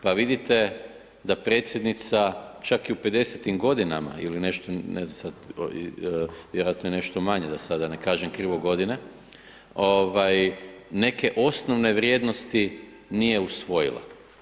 Pa vidite da predsjednica čak i u 50.-tim godinama ili nešto, ne znam sad, vjerojatno i nešto manje da sada ne kažem krivo godine, neke osnovne vrijednosti nije usvojila.